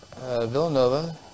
Villanova